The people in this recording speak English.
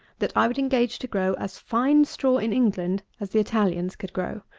that i would engage to grow as fine straw in england as the italians could grow.